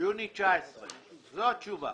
יוני 2019. זו התשובה.